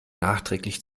nachträglich